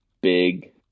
big